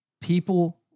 people